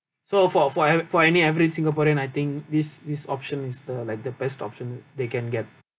so for for a~ for any average singaporean I think this this option is the like the best option they can get